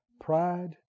Pride